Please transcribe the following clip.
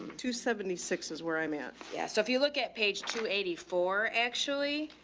two seventy six is where i'm at. yeah. so if you look at page two eighty four actually,